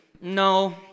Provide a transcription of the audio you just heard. No